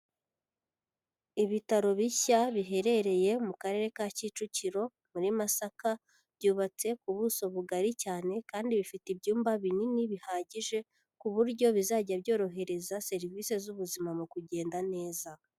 Ibitaro bishya biherereye mu Karere ka Kicukiro muri Masaka, byubatse buso bugari cyane kandi bifite ibyumba binini bihagije, ku buryo bizajya byorohereza serivisi z'ubuzima mu kugenda neza.